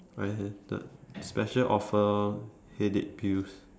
I have the special offer headache pills